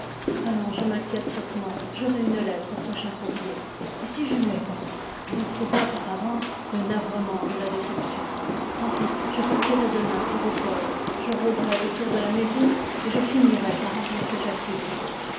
allons je m'inquiète sottement j'aurai une lettre au prochain courrier et si je ne l'ai pas elle éprouva par avance le navrement de la déception je partirai demain pour hautfort je rôderai autour de la maison et je finirai par rencontrer jacquine